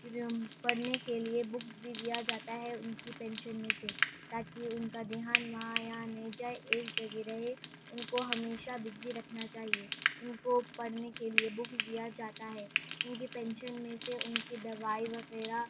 پڑھنے کے لیے بکس بھی دیا جاتا ہے ان کی پینشن میں سے تا کہ ان کا دھیان وہاں یہاں نہیں جائے ایک جگہ رہے ان کو ہمیشہ بزی رکھنا چاہیے ان کو پڑھنے کے لیے بکس دیا جاتا ہے ان کی پینشن میں سے ان کی دوائی وغیرہ